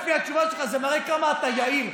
לפי התשובה שלך זה מראה כמה אתה יהיר,